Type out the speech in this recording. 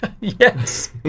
Yes